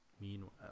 Meanwhile